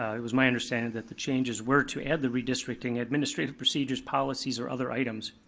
it was my understanding that the changes were to add the redistricting administrative procedures policies or other items.